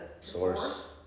source